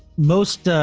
most,